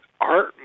Art